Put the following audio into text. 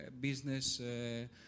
business